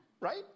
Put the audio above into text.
Right